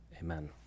amen